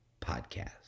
Podcast